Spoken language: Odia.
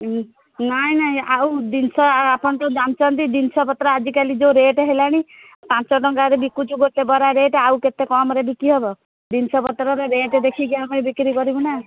ନାହିଁ ନାହିଁ ଆଉ ଜିନିଷ ଆପଣ ତ ଜାଣନ୍ତି ଜିନିଷପତ୍ର ଆଜିକାଲି ଯେଉଁ ରେଟ୍ ହେଲାଣି ପାଞ୍ଚ ଟଙ୍କାରେ ବିକୁଛୁ ଗୋଟେ ବରା ରେଟ୍ ଆଉ କେତେ କମ୍ରେ ବିକି ହବ ଜିନିଷପତ୍ରରେ ରେଟ୍ ଦେଖିକି ଆମେ ବିକ୍ରି କରିବୁନା